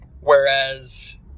Whereas